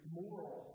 moral